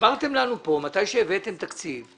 הסברתם לנו כאן, כאשר הבאתם תקציב,